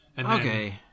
okay